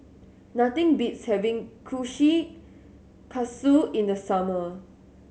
nothing beats having Kushikatsu in the summer